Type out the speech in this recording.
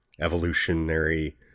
evolutionary